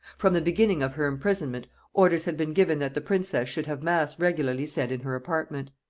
from the beginning of her imprisonment orders had been given that the princess should have mass regularly said in her apartment.